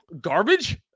garbage